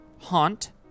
Haunt